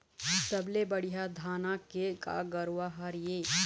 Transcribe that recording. सबले बढ़िया धाना के का गरवा हर ये?